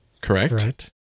correct